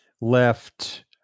left